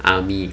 army